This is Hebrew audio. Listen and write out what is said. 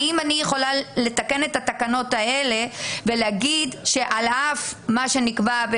האם אני יכולה לתקן את התקנות האלה ולהגיד שעל אף מה שנקבע,